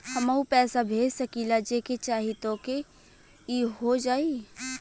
हमहू पैसा भेज सकीला जेके चाही तोके ई हो जाई?